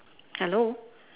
hello